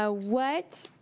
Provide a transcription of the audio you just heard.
ah what